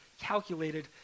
calculated